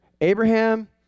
Abraham